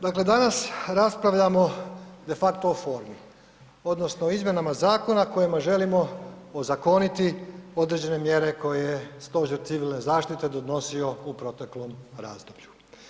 Dakle, danas raspravljamo defakto o formi odnosno o izmjenama zakona kojima želimo ozakoniti određene mjere koje je Stožer civilne zaštite donosio u proteklom razdoblju.